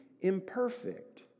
imperfect